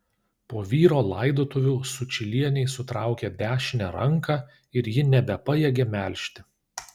po vyro laidotuvių sučylienei sutraukė dešinę ranką ir ji nebepajėgė melžti